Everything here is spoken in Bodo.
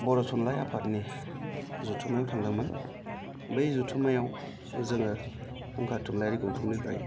बर' थुनलाइ आफादनि जथुम्मायाव थांदोंमोन बै जथुम्मायाव जोङो फुंखा थुनलायारि गौथुमनिफ्राय